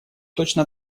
точно